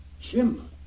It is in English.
Jim